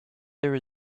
there